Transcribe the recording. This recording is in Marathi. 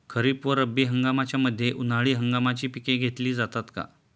खरीप व रब्बी हंगामाच्या मध्ये उन्हाळी हंगामाची पिके घेतली जातात का?